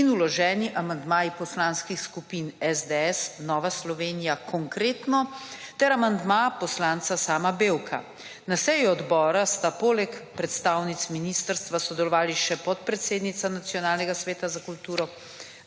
in vloženi amandmaji poslanskih skupin SDS, Nova Slovenija, Konkretno ter amandma poslanca Sama Bevka. Na seji odbora sta poleg predstavnic ministrstva sodelovali še podpredsednica Nacionalnega sveta za kulturo,